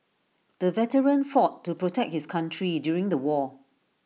the veteran fought to protect his country during the war